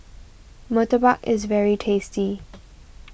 Murtabak is very tasty